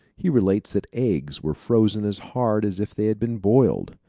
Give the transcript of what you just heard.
he relates that eggs were frozen as hard as if they had been boiled.